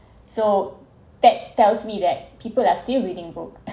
so that tells me that people are still reading book